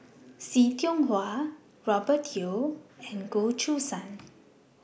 See Tiong Wah Robert Yeo and Goh Choo San